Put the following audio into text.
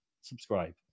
Subscribe